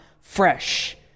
fresh